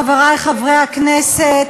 חברי חברי הכנסת,